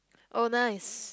owner is